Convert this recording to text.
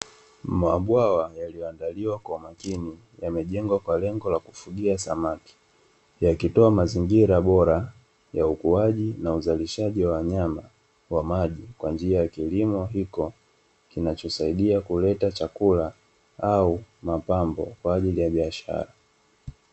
Mabwawa yaliyoandiliwa kwa makini yameandaliwa kwaajili ya ufugaji wa samaki yakitoa mazingira bora ya ukuaji na uzalishaji wa wanyama wa maji kupitia kilimo hiko kinachosaidia kuleta chakula au mapambapo kwaajili biashara